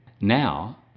Now